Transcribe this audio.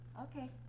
Okay